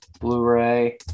Blu-ray